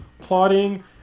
plotting